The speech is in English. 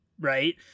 right